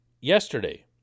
yesterday